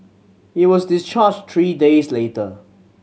he was discharged three days later